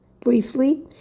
Briefly